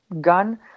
gun